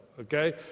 okay